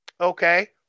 okay